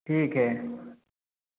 ठीक है